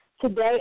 Today